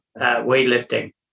weightlifting